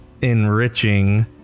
enriching